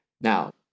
Now